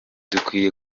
dukwiye